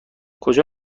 کجا